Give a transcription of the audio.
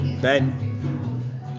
Ben